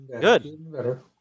Good